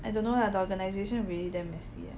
I don't know lah the organization really damn messy